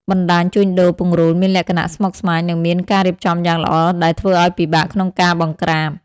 បណ្ដាញជួញដូរពង្រូលមានលក្ខណៈស្មុគស្មាញ និងមានការរៀបចំយ៉ាងល្អ ដែលធ្វើឱ្យពិបាកក្នុងការបង្ក្រាប។